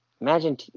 imagine